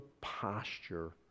posture